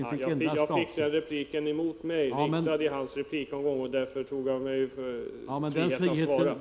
Herr talman! Jag fick den här repliken riktad mot mig i Agne Hanssons replikomgång, och därför tog jag mig friheten ...